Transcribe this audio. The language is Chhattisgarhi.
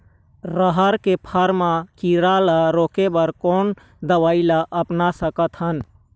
रहर के फर मा किरा रा रोके बर कोन दवई ला अपना सकथन?